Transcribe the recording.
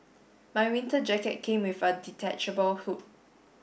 my winter jacket came with a detachable hood